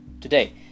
today